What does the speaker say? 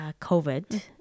COVID